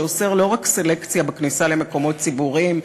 שאוסר לא רק סלקציה בכניסה למקומות ציבוריים,